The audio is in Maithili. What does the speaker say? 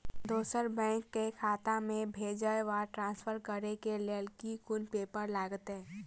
दोसर बैंक केँ खाता मे भेजय वा ट्रान्सफर करै केँ लेल केँ कुन पेपर लागतै?